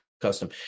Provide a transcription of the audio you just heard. custom